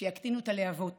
שיקטינו את הלהבות